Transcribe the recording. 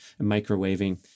microwaving